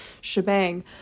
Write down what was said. shebang